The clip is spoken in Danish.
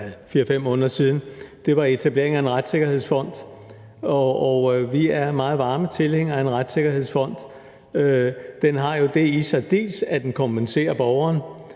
4-5 måneder siden, om etablering af en retssikkerhedsfond. Vi er meget varme tilhængere af en retssikkerhedsfond. Den har jo det i sig, dels at den kompenserer borgeren,